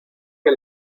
que